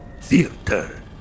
theater